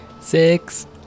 Six